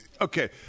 okay